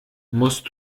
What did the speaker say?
musst